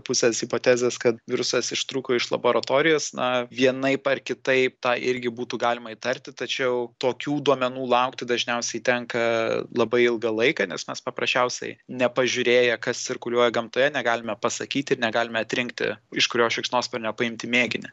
pusės hipotezės kad virusas ištrūko iš laboratorijos na vienaip ar kitaip tą irgi būtų galima įtarti tačiau tokių duomenų laukti dažniausiai tenka labai ilgą laiką nes mes paprasčiausiai nepažiūrėję kas cirkuliuoja gamtoje negalime pasakyti ir negalime atrinkti iš kurio šikšnosparnio paimti mėginį